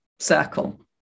circle